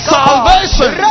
salvation